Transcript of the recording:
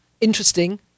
interesting